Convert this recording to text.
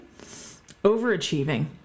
Overachieving